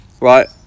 Right